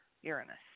Uranus